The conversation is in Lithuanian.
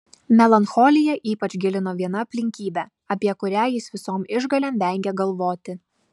melancholiją ypač gilino viena aplinkybė apie kurią jis visom išgalėm vengė galvoti